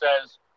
says